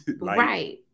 Right